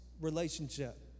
relationship